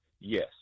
yes